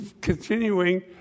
continuing